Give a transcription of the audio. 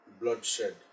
bloodshed